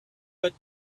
but